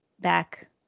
back